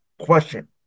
question